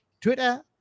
twitter